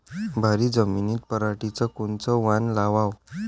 भारी जमिनीत पराटीचं कोनचं वान लावाव?